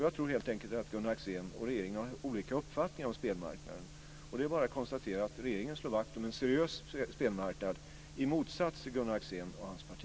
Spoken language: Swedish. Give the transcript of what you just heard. Jag tror helt enkelt att Gunnar Axén och regeringen har olika uppfattningar om spelmarknaden. Det är bara att konstatera att regeringen slår vakt om en seriös spelmarknad, i motsats till Gunnar Axén och hans parti.